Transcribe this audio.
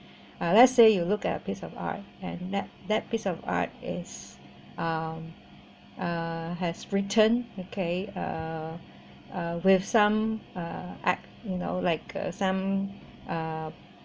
uh let's say you look at a piece of art and then that piece of art is um uh has written okay uh uh with some uh act you know like uh some uh